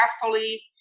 carefully